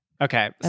okay